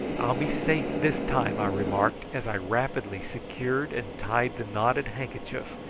i'll be safe this time, i remarked, as i rapidly secured and tied the knotted handkerchief,